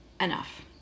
enough